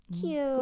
Cute